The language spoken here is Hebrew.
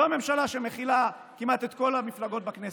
לא ממשלה שמכילה כמעט את כל המפלגות בכנסת.